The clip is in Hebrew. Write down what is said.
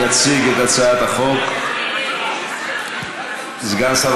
יציג את הצעת החוק סגן שר